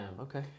Okay